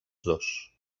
dos